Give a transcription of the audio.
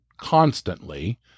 constantly